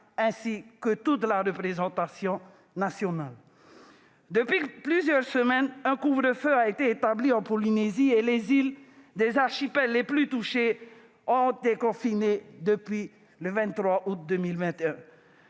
ainsi que toute la représentation nationale. Depuis plusieurs semaines, un couvre-feu a été établi en Polynésie et les îles des archipels les plus touchés sont confinées depuis le 23 août 2021.